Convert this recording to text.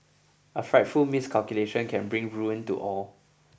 a frightful miscalculation can bring ruin to all